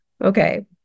Okay